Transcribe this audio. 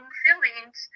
feelings